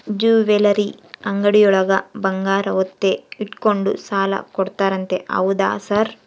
Jewellery ಅಂಗಡಿಯೊಳಗ ಬಂಗಾರ ಒತ್ತೆ ಇಟ್ಕೊಂಡು ಸಾಲ ಕೊಡ್ತಾರಂತೆ ಹೌದಾ ಸರ್?